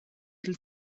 dil